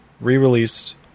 re-released